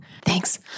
thanks